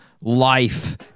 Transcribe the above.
life